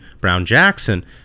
Brown-Jackson